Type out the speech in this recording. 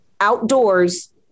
outdoors